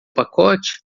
pacote